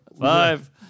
Five